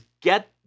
get